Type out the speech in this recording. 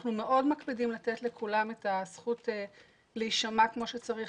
אנחנו מאוד מקפידים לתת לכולם את הזכות להישמע כמו שצריך,